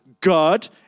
God